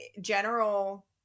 general